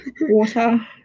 Water